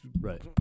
Right